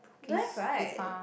don't have right